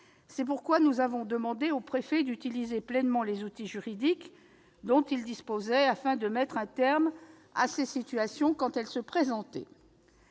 C'est pourquoi nous avons demandé aux préfets d'utiliser pleinement les outils juridiques dont ils disposaient afin de mettre un terme à ces situations quand elles se présentaient.